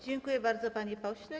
Dziękuję bardzo, panie pośle.